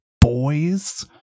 boys